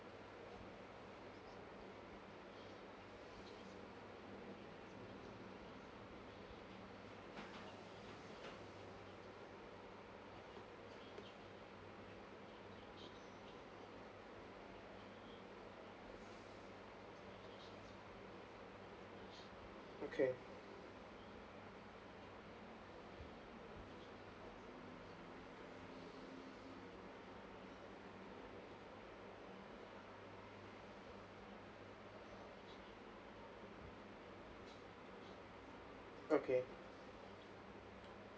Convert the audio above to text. okay okay